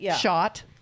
shot